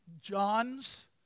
John's